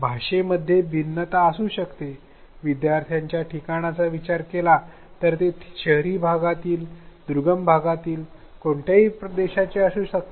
भाषेमध्ये भिन्नता असू शकते विद्यार्थ्यांच्या ठिकाणाचा विचार केला तर ते शहरी भागातील दुर्गम भागातील कोणत्याहि देशाचे असू शकतात